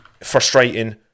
Frustrating